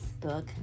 book